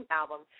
album